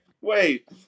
Wait